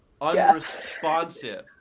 unresponsive